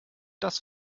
das